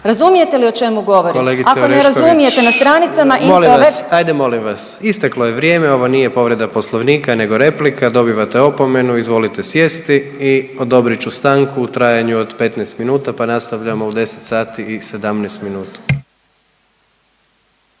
intraweb … **Jandroković, Gordan (HDZ)** Molim vas, ajde molim vas isteklo je vrijeme, ovo nije povreda Poslovnika nego replika, dobivate opomenu, izvolite sjesti i odobrit ću stanku u trajanju od 15 minuta pa nastavljamo u 10 sati i 17 minuta.